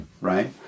Right